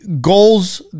goals